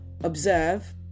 observe